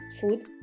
food